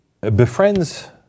befriends